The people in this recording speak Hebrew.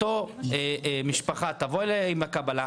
אותה משפחה תבוא עם הקבלה,